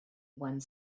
one